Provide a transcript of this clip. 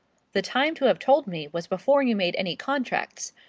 the time to have told me was before you made any contracts.